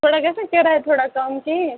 تھوڑا گژھِ نہ کرایہِ تھوڑا کم کِہی